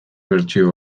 bertsio